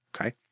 Okay